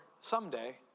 someday